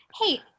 hey